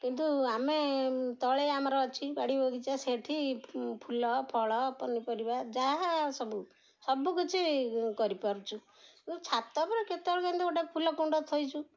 କିନ୍ତୁ ଆମେ ତଳେ ଆମର ଅଛି ବାଡ଼ି ବଗିଚା ସେଠି ଫୁଲ ଫଳ ପନିପରିବା ଯାହା ସବୁ ସବୁକିଛି କରିପାରୁଛୁ ଛାତ ଉପରେ କେତେବେଳେ କେମିତି ଗୋଟେ ଫୁଲ କୁଣ୍ଡ ଥୋଇଛୁ